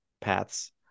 paths